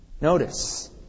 Notice